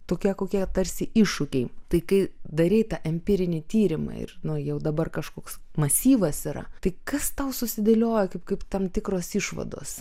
tokie kokie tarsi iššūkiai tai kai darei tą empirinį tyrimą ir nu jau dabar kažkoks masyvas yra tai kas tau susidėlioja kaip kaip tam tikros išvados